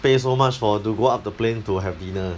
pay so much for to go up the plane to have dinner